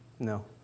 No